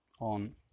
on